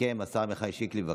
השר עמיחי שיקלי, לסכם.